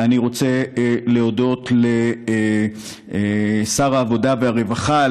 אני רוצה להודות לשר העבודה והרווחה,